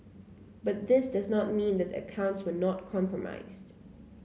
but this does not mean that the accounts were not compromised